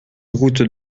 route